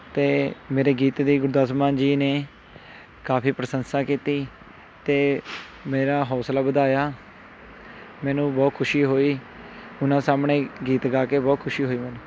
ਅਤੇ ਮੇਰੇ ਗੀਤ ਦੀ ਗੁਰਦਾਸ ਮਾਨ ਜੀ ਨੇ ਕਾਫੀ ਪ੍ਰਸੰਸਾ ਕੀਤੀ ਅਤੇ ਮੇਰਾ ਹੌਂਸਲਾ ਵਧਾਇਆ ਮੈਨੂੰ ਬਹੁਤ ਖੁਸ਼ੀ ਹੋਈ ਉਹਨਾਂ ਸਾਹਮਣੇ ਗੀਤ ਗਾ ਕੇ ਬਹੁਤ ਖੁਸ਼ੀ ਹੋਈ ਮੈਨੂੰ